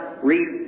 read